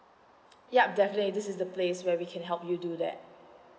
yup definitely this is the place where we can help you do that